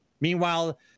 Meanwhile